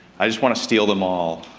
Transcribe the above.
i just want to steal them all.